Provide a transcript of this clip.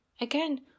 Again